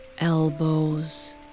elbows